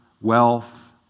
wealth